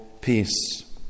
peace